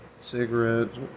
cigarettes